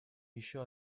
еще